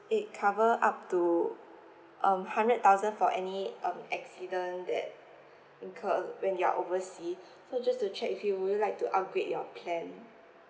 it cover up to um hundred thousand for any um accident that incur when you are overseas so just to check with you would you like to upgrade your plan